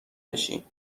بشی